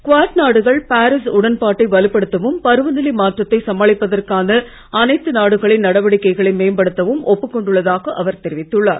quad நாடுகள் Paris உடன்பாட்டை வலுப்படுத்தவும் பருவநிலை மாற்றத்தை சமாளிப்பதற்கான அனைத்து நாடுகளின் நடவடிக்கைகளை மேம்படுத்தவும் ஒப்புக் கொண்டுள்ளதாக அவர் தெரிவித்துள்ளார்